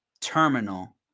terminal